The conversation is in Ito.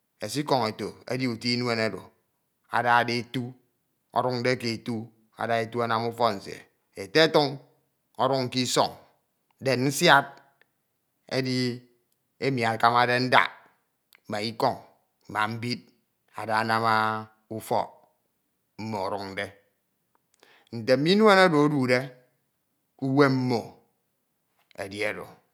Esikọñ-etu edi uto inuen oro adade etu o̱dunde ke etu ada etu anam ufọk nsie. Etetun ọdun ke isọñ then nsiad edi emi akanode ndak, ma ikọñ, ma mbid ada anam ufọk mmo edunde. Nte mme inuen oro edhde ke ihiem mmo edi oro.